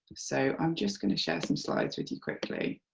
so i'm just going to share some slides with you quickly.